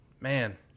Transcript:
man